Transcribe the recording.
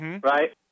right